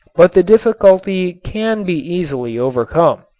but the difficulty can be easily overcome.